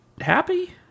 happy